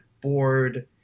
bored